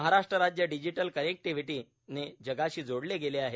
महाराष्ट्र राज्य डिजिटल कनेक्टीव्हीटीने जगाशी जोडले गेले आहे